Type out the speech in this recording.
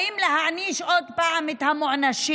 באים להעניש עוד פעם את המוענשים.